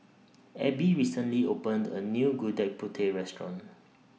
Ebbie recently opened A New Gudeg Putih Restaurant